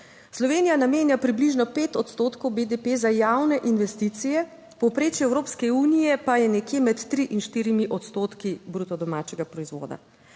Slovenija namenja približno 5 odstotkov BDP za javne investicije, v povprečju Evropske unije pa je nekje med 3 in 4 odstotki bruto domačega proizvoda.